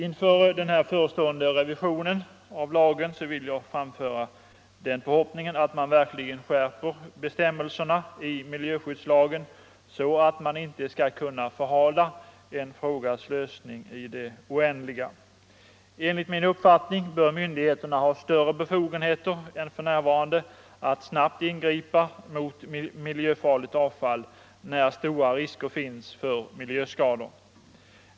Inför den förestående revisionen av lagen vill jag framföra den förhoppningen att man verkligen skärper bestämmelserna i miljöskyddslagen så att en frågas lösning inte skall kunna förhalas i det oändliga. Enligt min uppfattning bör myndigheterna ha större befogenheter än för närvarande att snabbt ingripa mot miljöfarligt avfall när stora risker finns för miljöskador.